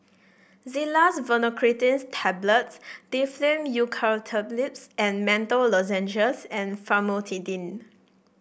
Xyzal Levocetirizine Tablets Difflam Eucalyptus and Menthol Lozenges and Famotidine